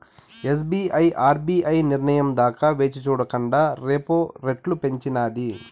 SBI RBI నిర్నయం దాకా వేచిచూడకండా రెపో రెట్లు పెంచినాది